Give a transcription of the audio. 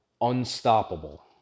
unstoppable